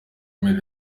umuntu